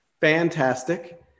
fantastic